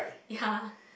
ya